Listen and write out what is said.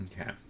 Okay